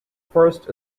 first